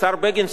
השר בגין,